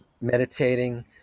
meditating